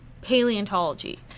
Paleontology